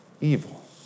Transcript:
evil